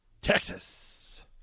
Texas